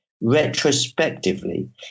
retrospectively